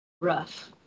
Rough